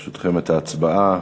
ברשותכם, את ההצבעה.